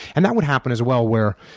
and that would happen, as well, where